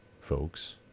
folks